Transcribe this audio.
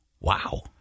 Wow